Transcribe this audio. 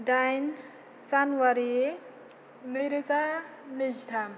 दाइन जानुवारि नैरोजा नैजिथाम